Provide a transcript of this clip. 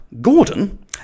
Gordon